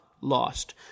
lost